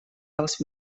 dels